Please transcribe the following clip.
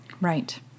right